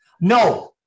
no